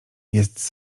jest